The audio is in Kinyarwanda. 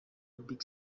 big